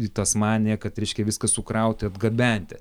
į tasmaniją kad reiškia viską sukrauti atgabenti